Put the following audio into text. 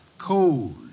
Cold